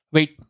Wait